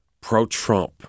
pro-Trump